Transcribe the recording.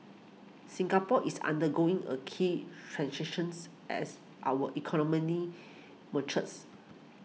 Singapore is undergoing a key transitions as our matures